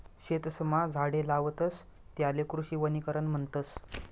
शेतसमा झाडे लावतस त्याले कृषी वनीकरण म्हणतस